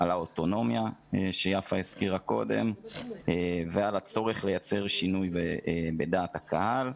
על האוטונומיה שיפה הזכירה קודם ועל הצורך לייצר שינוי בדעת הקהל.